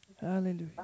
Hallelujah